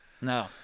No